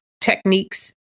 techniques